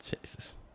Jesus